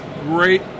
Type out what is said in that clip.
great